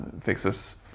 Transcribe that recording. fixes